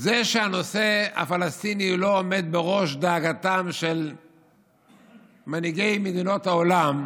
זה שהנושא הפלסטיני לא עומד בראש מעייניהם של מנהיגי מדינות העולם,